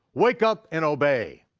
wake up and obey.